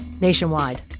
nationwide